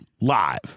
live